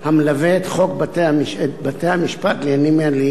המלווה את חוק בתי-משפט לעניינים מינהליים